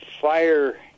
fire